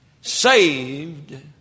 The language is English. Saved